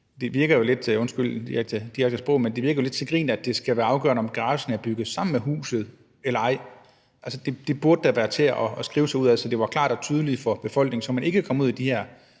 det virker jo lidt til grin, at det skal være afgørende, om garagen er bygget sammen med huset eller ej. Det burde da være til at skrive sig ud af, så det var klart og tydeligt for befolkningen, så man ikke kom ud i de her